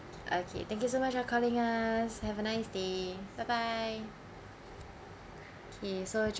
okay thank you so much for calling us have a nice day bye bye okay so